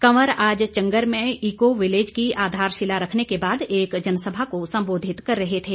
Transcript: कंवर आज चंगर में eco village की आधारशिला रखने के बाद एक जनसभा को संबोधित कर रहे थे